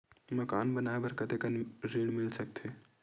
मकान बनाये बर कतेकन ऋण मिल सकथे?